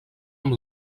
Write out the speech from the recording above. amb